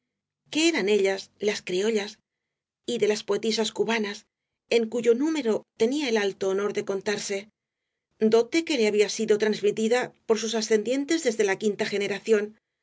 que eran ellas las criollas y de las poetisas cubanas en cuyo número tenía el alto honor de contarse dote que le había sido transmitido por sus ascendientes desde la quinta generación por